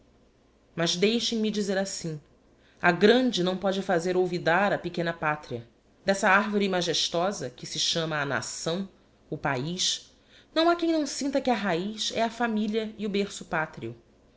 mas deixem-me dizer assim a grande nao pode fazer olvidar a pequena pátria dessa arvore magestosa que se chama a nação o paiz não ha quem não sinta que a raiz é a familia e o berço palrio